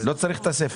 לא צריך את הסיפה.